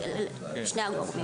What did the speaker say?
לא, משני הגורמים.